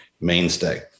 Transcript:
mainstay